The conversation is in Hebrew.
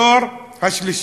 הדור השלישי.